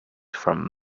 from